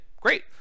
great